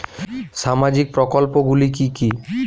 সামাজিক প্রকল্পগুলি কি কি?